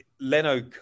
Leno